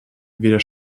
weder